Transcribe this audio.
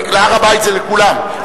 להר-הבית זה לכולם,